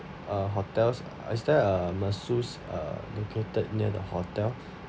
uh hotels is there a masseurs uh located near the hotel